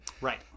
Right